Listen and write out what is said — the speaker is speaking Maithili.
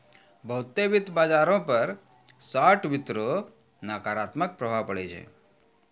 बहुते वित्त बाजारो पर शार्ट वित्त रो नकारात्मक प्रभाव पड़ै छै